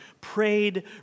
prayed